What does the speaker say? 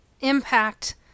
impact